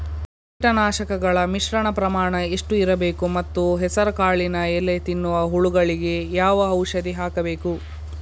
ಕೀಟನಾಶಕಗಳ ಮಿಶ್ರಣ ಪ್ರಮಾಣ ಎಷ್ಟು ಇರಬೇಕು ಮತ್ತು ಹೆಸರುಕಾಳಿನ ಎಲೆ ತಿನ್ನುವ ಹುಳಗಳಿಗೆ ಯಾವ ಔಷಧಿ ಹಾಕಬೇಕು?